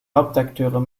hauptakteure